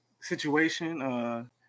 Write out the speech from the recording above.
situation